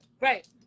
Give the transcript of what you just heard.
right